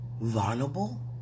Vulnerable